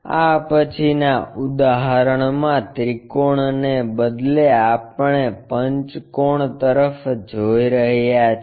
આ પછીના ઉદાહરણમાં ત્રિકોણને બદલે આપણે પંચકોણ તરફ જોઈ રહ્યા છીએ